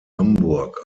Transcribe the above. hamburg